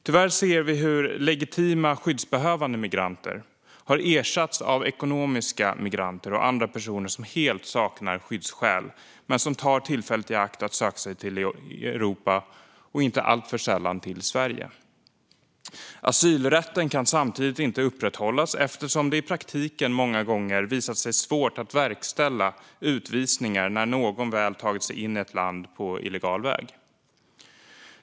Tyvärr ser vi hur legitimt skyddsbehövande migranter har ersatts av ekonomiska migranter och andra personer som helt saknar skyddsskäl men som tar tillfället i akt att söka sig till Europa och inte alltför sällan till Sverige. Asylrätten kan samtidigt inte upprätthållas, eftersom det i praktiken många gånger visat sig svårt att verkställa utvisningar när någon väl har tagit sig in i ett land på illegal väg.